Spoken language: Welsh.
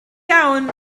iawn